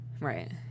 Right